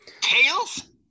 Tails